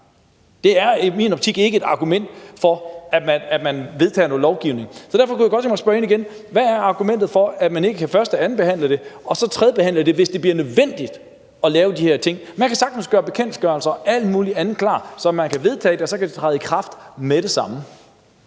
Det er i min optik ikke et argument for, at man vedtager noget lovgivning. Så derfor kunne jeg godt tænke mig at spørge ind til igen: Hvad er argumentet for, at man ikke kan første- og andenbehandle det og så tredjebehandle det, hvis det bliver nødvendigt at lave de her ting? Man kan sagtens gøre betænkninger og alt muligt andet klar, så man kan vedtage det, og så det kan træde i kraft med det samme.